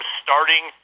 starting